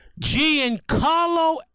Giancarlo